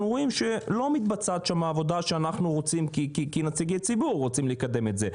רואים שלא מתבצעת שם עבודה שאנחנו כנציגי ציבור רוצים לקדם אותה.